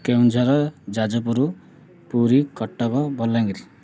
Keonjhar Jajpur Puri Cuttack Balangir